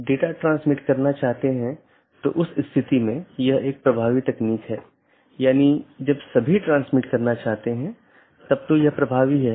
और यदि हम AS प्रकारों को देखते हैं तो BGP मुख्य रूप से ऑटॉनमस सिस्टमों के 3 प्रकारों को परिभाषित करता है